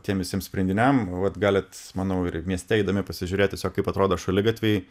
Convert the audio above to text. tiem visiems sprendiniam vat galit manau ir mieste eidami pasižiūrėt tiesiog kaip atrodo šaligatviai